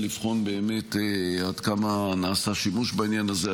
לבחון באמת עד כמה נעשה שימוש בעניין הזה,